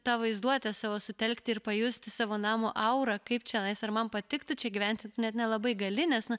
tą vaizduotę savo sutelkti ir pajusti savo namo aurą kaip čionais ar man patiktų čia gyventi net nelabai gali nes na